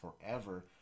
forever